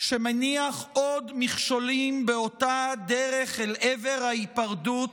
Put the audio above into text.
שמניח עוד מכשולים באותה דרך אל עבר ההיפרדות